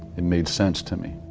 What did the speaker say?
it made sense to me.